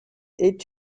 est